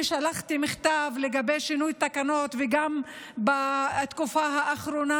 אני שלחתי מכתב לגבי שינוי תקנות גם בתקופה האחרונה,